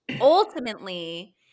ultimately